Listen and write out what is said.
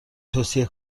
توصیه